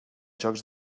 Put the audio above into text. jocs